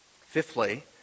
Fifthly